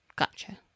Gotcha